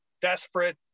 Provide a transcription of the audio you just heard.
desperate